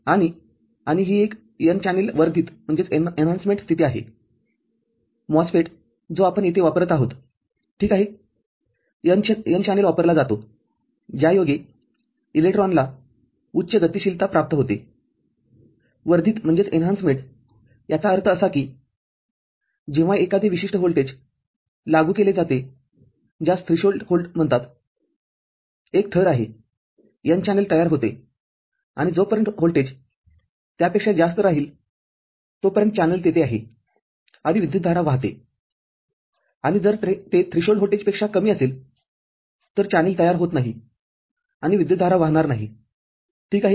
आणि आणि ही एक n चॅनेल वर्धित स्थिती आहे MOSFET जो आपण येथे वापरत आहोत ठीक आहेn चॅनेल वापरला जातो ज्यायोगे इलेक्ट्रॉनला उच्च गतिशीलता प्राप्त होतेवर्धित याचा अर्थ असा की जेव्हा एखादे विशिष्ट व्होल्टेज लागू केले जाते ज्यास थ्रेशोल्ड व्होल्ट म्हणतात एक थर आहे n चॅनेल तयार होते आणि जोपर्यंत व्होल्टेज त्यापेक्षा जास्त राहील तोपर्यंत चॅनेल तेथे आहे आणि विद्युतधारा वाहते आणि जर ते थ्रेशोल्ड व्होल्टेजपेक्षा कमी असेल तर चॅनेल तयार होत नाही आणि विद्युतधारा वाहणार नाही ठीक आहे